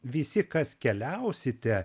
visi kas keliausite